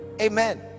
amen